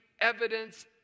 evidence